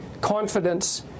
confidence